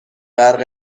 غرق